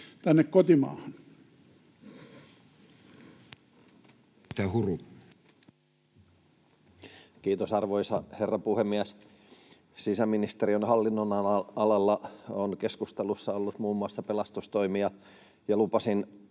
Content: Kiitos, arvoisa herra puhemies! Sisäministeriön hallinnonalalla on keskustelussa ollut muun muassa pelastustoimi, ja lupasin